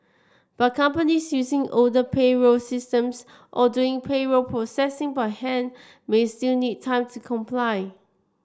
but companies using older payroll systems or doing payroll processing by hand may still need time to comply